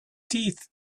teeth